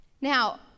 Now